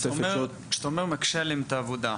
כשאתה אומר מקשה עליהם את העבודה,